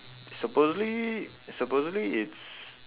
supposedly supposedly it's